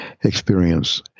experience